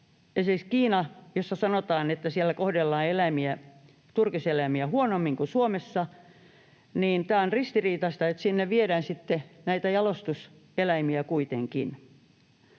Kiinasta sanotaan, että siellä kohdellaan turkiseläimiä huonommin kuin Suomessa. On ristiriitaista, että sinne viedään sitten näitä jalostuseläimiä kuitenkin.